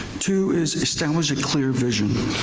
two is, establish a clear vision,